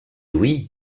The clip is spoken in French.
oui